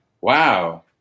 Wow